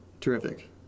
Terrific